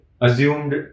Assumed